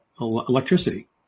electricity